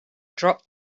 dropped